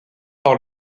par